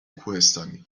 کوهستانی